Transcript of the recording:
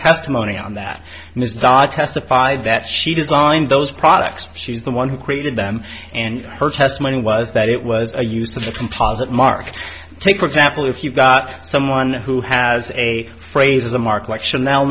testimony on that and this da testified that she designed those products she's the one who created them and her testimony was that it was a use of a composite mark take for example if you've got someone who has a phrase as a mark like chanel